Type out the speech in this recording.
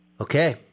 Okay